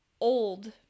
old